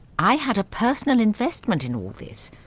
i had a personal investment in all this.